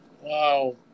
Wow